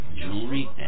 jewelry